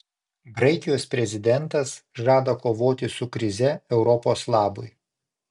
graikijos prezidentas žada kovoti su krize europos labui